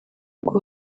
ngo